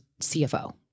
CFO